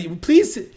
please